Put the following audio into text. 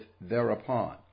thereupon